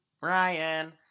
Ryan